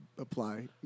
Apply